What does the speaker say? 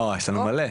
יש לנו מלא.